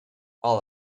all